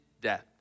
death